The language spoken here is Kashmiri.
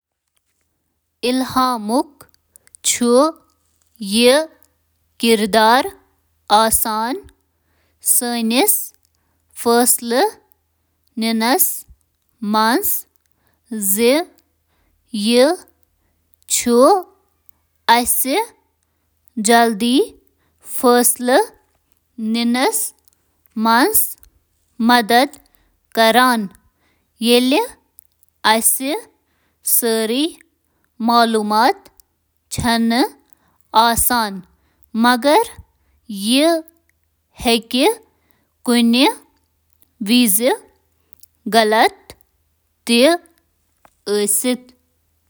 وجدان ہیکہٕ فٲصلہٕ سٲزی منٛز اہم کردار ادا کرتھ، خاص طور پٲنٹھ ییلہٕ ڈیٹا ناکٲفی آسہٕ یا صورتحال پیچیدٕ آسہٕ: فٲصلہٕ سٲزی تیز کران، پیچیدٕ حالاتن منٛز مدد کران، نمونن پرزناونس منٛز چُھ مدد کران۔